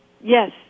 Yes